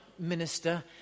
minister